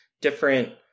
different